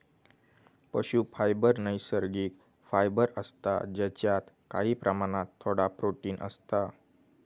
पशू फायबर नैसर्गिक फायबर असता जेच्यात काही प्रमाणात थोडा प्रोटिन असता